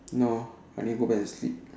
no I need go back and sleep